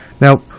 Now